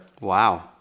Wow